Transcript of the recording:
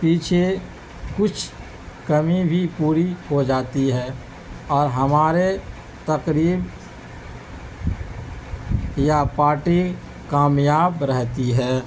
پیچھے کچھ کمی بھی پوری ہو جاتی ہے اور ہمارے تقریب یا پارٹی کامیاب رہتی ہے